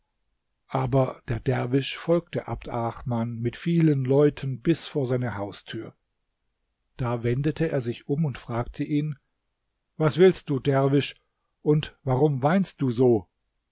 aber der derwisch folgte abd arrahman mit vielen leuten bis vor seine haustür da wendete er sich um und fragte ihn was willst du derwisch und warum weinst du so